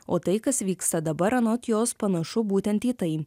o tai kas vyksta dabar anot jos panašu būtent į tai